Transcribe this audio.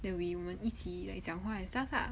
then we 我们一起 like 讲话 and stuff lah